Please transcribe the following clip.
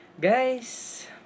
Guys